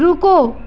रुको